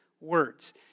words